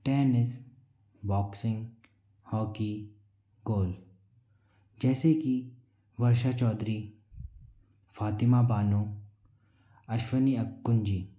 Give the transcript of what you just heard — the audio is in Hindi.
टेनिस बॉक्सिंग हॉकी गोल्फ जैसे की वर्षा चौधरी फ़ातिमा बानो अश्वनी अक्कुनजी